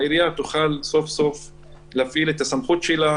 העיריה תוכל סוף סוף להפעיל את הסמכות שלה